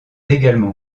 également